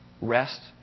Rest